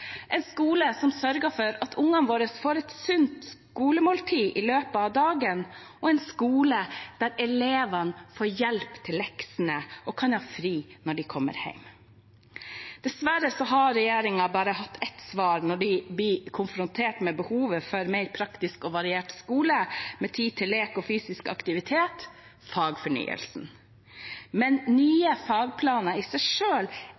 en skole som sørger for at ungene våre får et sunt skolemåltid i løpet av dagen en skole der elevene får hjelp til leksene og kan ha fri når de kommer hjem Dessverre har regjeringen bare hatt ett svar når de blir konfrontert med behovet for en mer praktisk og variert skole, med tid til lek og fysisk aktivitet: fagfornyelsen. Men nye fagplaner i seg